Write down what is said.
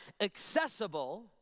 Accessible